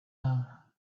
hour